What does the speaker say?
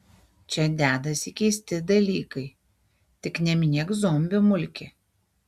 čia dedasi keisti dalykai tik neminėk zombių mulki